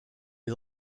les